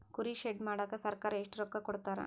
ಕುರಿ ಶೆಡ್ ಮಾಡಕ ಸರ್ಕಾರ ಎಷ್ಟು ರೊಕ್ಕ ಕೊಡ್ತಾರ?